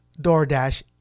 DoorDash